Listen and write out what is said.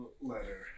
letter